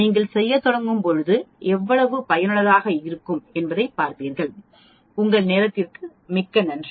நீங்கள் செய்யத் தொடங்கும் போது எவ்வளவு பயனுள்ளதாக இருக்கும் என்பதைப் பார்ப்பீர்கள் உங்கள் நேரத்திற்கு மிக்க நன்றி